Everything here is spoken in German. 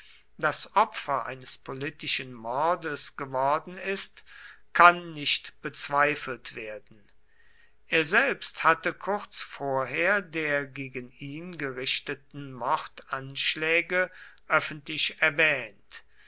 das opfer eines politischen mordes geworden ist kann nicht bezweifelt werden er selbst hatte kurz vorher der gegen ihn gerichteten mordanschläge öffentlich erwähnt